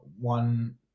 one